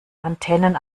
antennen